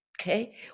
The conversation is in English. Okay